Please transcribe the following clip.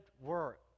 work